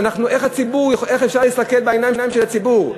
איך אפשר להסתכל בעיניים של הציבור?